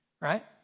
right